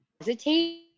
hesitate